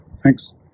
Thanks